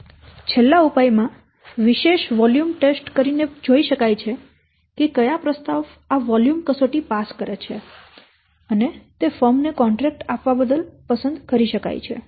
છેલ્લા ઉપાય માં વિશેષ વોલ્યુમ ટેસ્ટ કરીને જોઇ શકાય છે કે ક્યા પ્રસ્તાવ આ વોલ્યુમ કસોટી પાસ કરે છે અને તે ફર્મ ને કોન્ટ્રેક્ટ આપવા બદલ પસંદ કરી શકાય છે